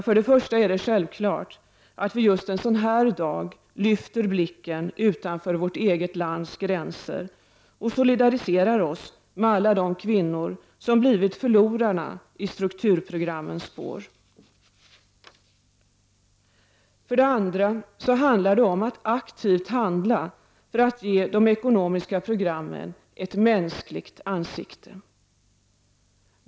För det första är det självklart att vi just en sådan här dag lyfter blicken utanför vårt eget lands gränser och solidariserar oss med alla de kvinnor som blivit förlorarna i strukturprogrammens spår. För det andra handlar det om att aktivt agera för att ge de ekonomiska programmen ett mänskligt ansikte.